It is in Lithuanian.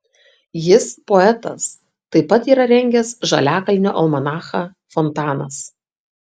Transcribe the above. jis poetas taip pat yra rengęs žaliakalnio almanachą fontanas